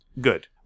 good